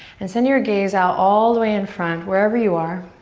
and send your gaze out all the way in front, wherever you are.